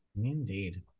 Indeed